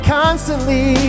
constantly